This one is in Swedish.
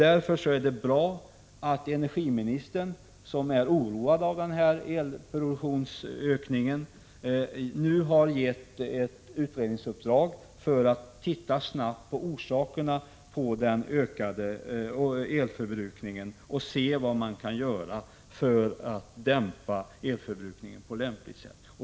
Därför är det bra att energiministern, som oroats av elproduktionsökningen, nu har givit en utredning i uppdrag att snabbt undersöka orsakerna till den ökade elförbrukningen och se vad som kan göras för att dämpa elförbrukningen på lämpligt sätt.